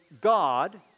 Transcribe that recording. God